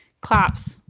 Claps